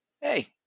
hey